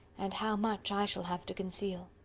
and how much i shall have to conceal!